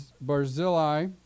Barzillai